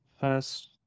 first